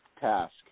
task